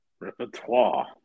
repertoire